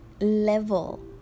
level